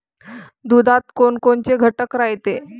दुधात कोनकोनचे घटक रायते?